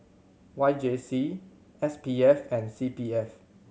Y J C S P F and C P F